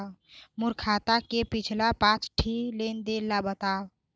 मोर खाता के पिछला पांच ठी लेन देन ला बताव?